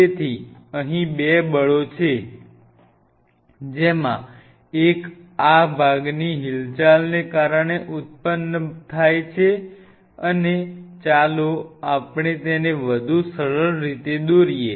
તેથી અહીં બે બળો છે જેમાં એક આ ભાગની હિલચાલને કારણે ઉત્પન્ન થયેલ બળ છે ચાલો આપણે તેને વધુ સરળ રીતે દોરીએ